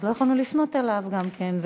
אז לא יכולנו לפנות אליו גם כן.